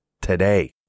today